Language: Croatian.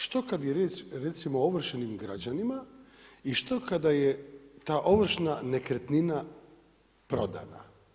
Što kad je riječ o recimo ovršenim građanima, i što kada je ta ovršna nekretnina prodana?